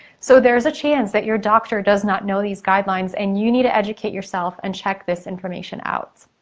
so there's a chance that your doctor does not know these guidelines and you need to educate yourself and check this information out.